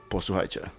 Posłuchajcie